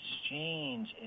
exchange